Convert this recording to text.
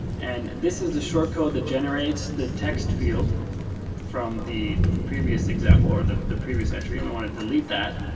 and this is the short code that generates the text field from the the previous example or the the previous entry. and we want to delete that,